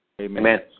Amen